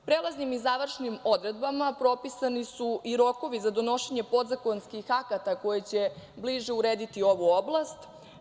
Prelaznim i završnim odredbama propisani su i rokovi za donošenje podzakonskih akata koji će bliže urediti ovu oblast.